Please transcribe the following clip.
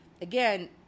again